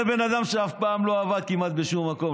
זה בן אדם שאף פעם לא עבד כמעט בשום מקום,